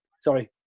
sorry